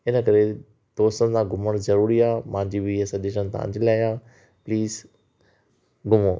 हिन करे दोस्तनि सां घुमणु ज़रूरी आहे मुंहिंजी बि हीअ सजेशन तव्हांजे लाइ आहे प्लीस घुमो